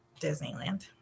Disneyland